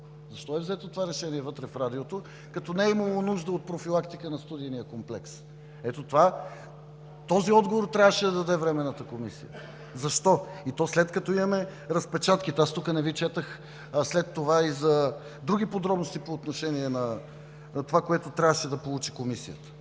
Защо е взето това решение вътре в Радиото, като не е имало нужда от профилактика на студийния комплекс? Ето този отговор трябваше да даде Временната комисия – защо? И то след като имаме разпечатките? Аз тук не Ви четох след това и за други подробности по отношение на това, което трябваше да получи Комисията.